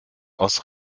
aus